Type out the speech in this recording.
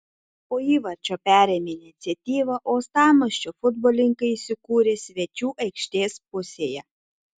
po įvarčio perėmę iniciatyvą uostamiesčio futbolininkai įsikūrė svečių aikštės pusėje